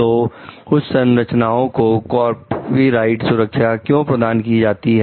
तो कुछ संरचनाओं को कॉपीराइट सुरक्षा क्यों प्रदान की जाती है